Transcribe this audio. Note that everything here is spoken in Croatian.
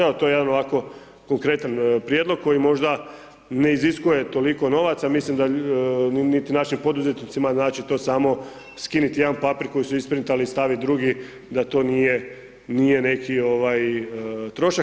Evo, to je jedan ovako konkretan prijedlog koji možda ne iziskuje toliko novaca, mislim da niti naši poduzetnicima znači to samo skinuti jedan papir koji su isprintali i staviti drugi, da to nije neki trošak.